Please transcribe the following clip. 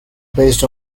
based